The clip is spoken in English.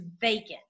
vacant